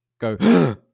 go